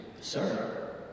sir